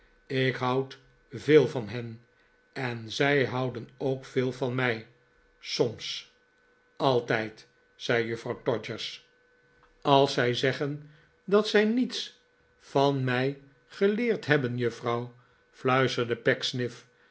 ik houd veel van hen en zij houden ook veel van mij soms altijd zei juffrouw todgers als zij zeggen dat zij niets van mij gemaarten chuzzlewit leerd hebben juffrouw